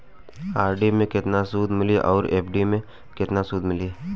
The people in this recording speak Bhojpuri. आर.डी मे केतना सूद मिली आउर एफ.डी मे केतना सूद मिली?